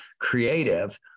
Creative